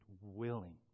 willing